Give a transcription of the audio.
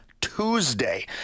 Tuesday